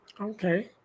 okay